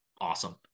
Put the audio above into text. awesome